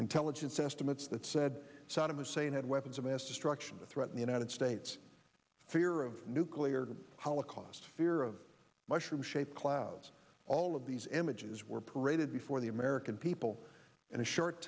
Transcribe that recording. intelligence estimates that said saddam hussein had weapons of mass destruction to threaten the united states fear of nuclear holocaust fear of mushroom shaped cloud all of these images were paraded before the american people and a short